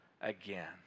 again